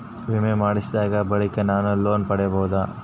ವಿಮೆ ಮಾಡಿಸಿದ ಬಳಿಕ ನಾನು ಲೋನ್ ಪಡೆಯಬಹುದಾ?